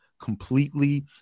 completely